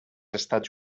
estats